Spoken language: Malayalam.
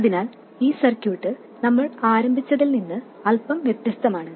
അതിനാൽ ഈ സർക്യൂട്ട് നമ്മൾ ആരംഭിച്ചതിൽ നിന്ന് അൽപ്പം വ്യത്യസ്തമാണ്